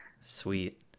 Sweet